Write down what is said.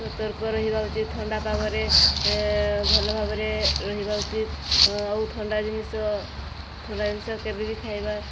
ସତର୍କ ରହିବା ଉଚିତ୍ ଥଣ୍ଡା ପାଗରେ ଏ ଭଲଭାବରେ ରହିବା ଉଚିତ୍ ଆଉ ଥଣ୍ଡା ଜିନିଷ ଥଣ୍ଡା ଜିନିଷ କେବେବି ଖାଇବା